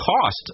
cost